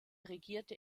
regierte